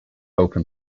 open